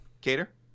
Cater